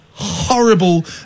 Horrible